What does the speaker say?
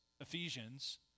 Ephesians